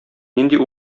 нинди